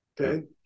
okay